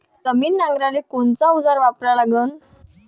जमीन नांगराले कोनचं अवजार वापरा लागन?